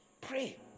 pray